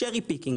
שרי פיקיניג.